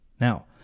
Now